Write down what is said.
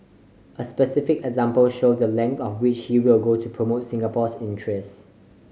a specific example showed the length to which he will go to promote Singapore's interests